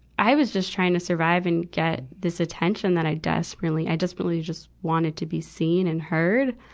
i was just trying to survive and get this attention that i desperately, i desperately just wanted to be seen and heard.